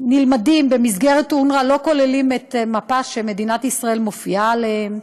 שנלמדים במסגרת אונר"א לא כוללים מפה שמדינת ישראל מופיעה בה,